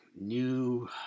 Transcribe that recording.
New